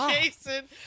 Jason